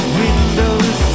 windows